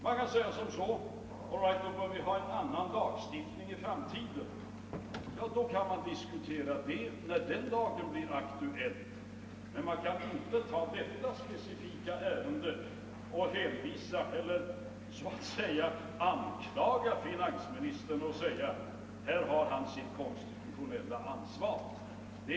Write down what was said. Man kan säga: »All right, då bör vi ha en annan lagstiftning i framtiden.» Ja, det får vi diskutera den dag saken blir aktuell. Men man kan inte ta detta specifika ärende och anklaga finansministern genom att säga att han här har sitt konstitutionella ansvar. Det är en orimlig sammanblandning av två ting, nämligen lagstiftningen som sådan och hur lagen tillämpas.